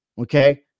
Okay